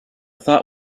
thought